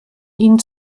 ihn